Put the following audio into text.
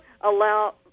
allow